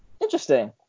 Interesting